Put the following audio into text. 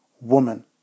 woman